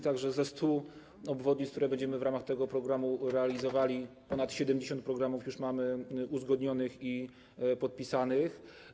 Tak że ze 100 obwodnic, które będziemy w ramach tego programu realizowali, ponad 70 programów już mamy uzgodnionych i podpisanych.